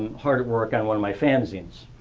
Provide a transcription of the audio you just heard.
hard at work on one of my fanzines.